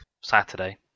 Saturday